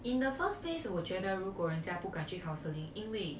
in the first place 我觉得如果人家不敢去 counselling 因为